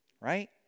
right